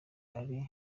kari